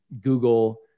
Google